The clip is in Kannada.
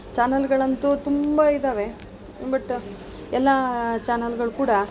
ಚಾನಲ್ಗಳಂತೂ ತುಂಬ ಇದ್ದಾವೆ ಬಟ್ ಎಲ್ಲ ಚಾನಲ್ಗಳು ಕೂಡ